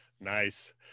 Nice